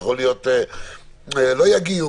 יכול להיות שלא יגיעו,